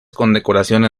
condecoraciones